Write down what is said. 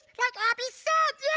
like abby said,